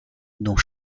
dont